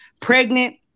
pregnant